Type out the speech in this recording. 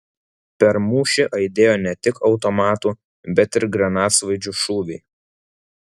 per mūšį aidėjo ne tik automatų bet ir granatsvaidžių šūviai